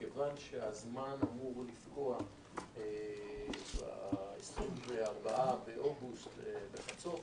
מכיוון שהזמן אמור לפקוע ב-24 באוגוסט בחצות,